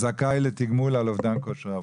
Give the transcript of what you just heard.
זכאי לתגמול על אובדן כושר עבודה.